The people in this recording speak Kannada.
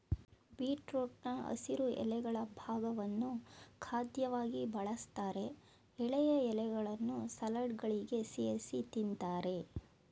ಬೀಟ್ರೂಟ್ನ ಹಸಿರು ಎಲೆಗಳ ಭಾಗವನ್ನು ಖಾದ್ಯವಾಗಿ ಬಳಸ್ತಾರೆ ಎಳೆಯ ಎಲೆಗಳನ್ನು ಸಲಾಡ್ಗಳಿಗೆ ಸೇರ್ಸಿ ತಿಂತಾರೆ